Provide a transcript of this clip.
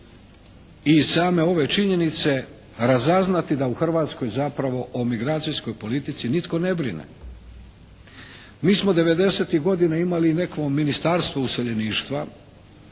iz same ove činjenice razaznati da u Hrvatskoj zapravo o migracijskoj politici nitko ne brine. Mi smo devedesetih godina imali i neko Ministarstvo useljeništva.